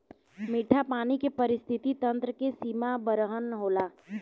मीठा पानी के पारिस्थितिकी तंत्र के सीमा बरहन होला